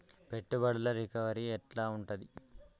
పెట్టుబడుల రికవరీ ఎట్ల ఉంటది?